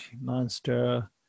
monster